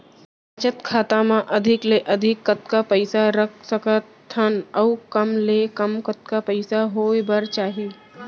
बचत खाता मा अधिक ले अधिक कतका पइसा रख सकथन अऊ कम ले कम कतका पइसा होय बर चाही?